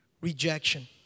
Rejection